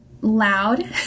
loud